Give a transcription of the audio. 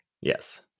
Yes